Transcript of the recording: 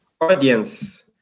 audience